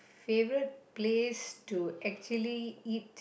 favourite place to actually eat